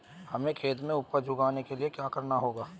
हमें खेत में उपज उगाने के लिये क्या करना होगा?